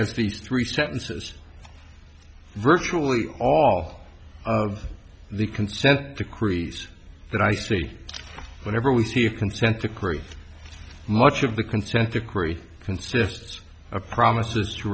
has these three sentences virtually all of the consent decrees that i see whenever we see a consent decree much of the consent decree consists of promises to